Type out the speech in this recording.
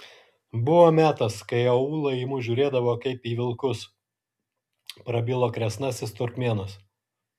buvo metas kai aūlai į mus žiūrėdavo kaip į vilkus prabilo kresnasis turkmėnas